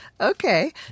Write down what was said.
okay